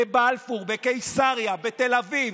בבלפור, בקיסריה, בתל אביב.